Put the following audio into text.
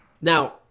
Now